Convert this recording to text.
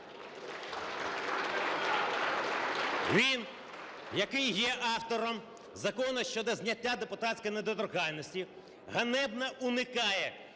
Він, який є автором Закону щодо зняття депутатської недоторканності, ганебно уникає